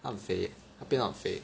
他很肥 leh 他变得很肥